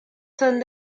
son